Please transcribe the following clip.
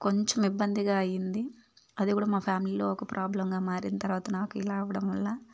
కొంచెం ఇబ్బందిగా అయింది అది కూడా మా ఫ్యామిలీలో ఒక ప్రాబ్లంగా మారిన తర్వాత నాకు రావడం వల్ల